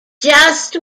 just